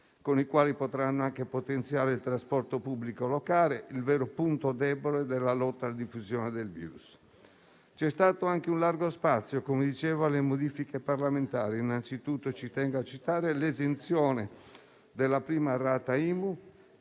con i quali potranno anche potenziare il trasporto pubblico locale, che è il vero punto debole della lotta alla diffusione del virus. È stato dato largo spazio, come dicevo, anche alle modifiche parlamentari: innanzitutto tengo a citare l'esenzione della prima rata IMU